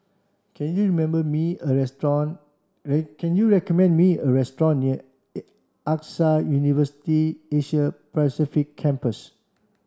can you member me a restaurant can you recommend me a restaurant near AXA University Asia Pacific Campus